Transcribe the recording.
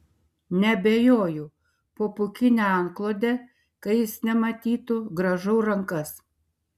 neabejoju po pūkine antklode kad jis nematytų grąžau rankas